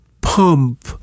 pump